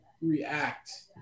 react